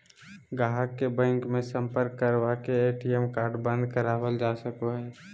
गाहक के बैंक मे सम्पर्क करवा के ए.टी.एम कार्ड बंद करावल जा सको हय